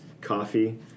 coffee